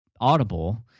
audible